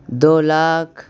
دو lakh